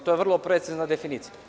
To je vrlo precizna definicija.